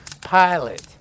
pilot